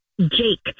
Jake